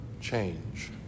change